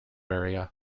area